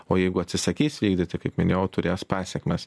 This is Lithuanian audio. o jeigu atsisakys vykdyti kaip minėjau turės pasekmes